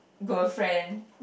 girlfriend